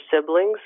siblings